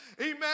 Amen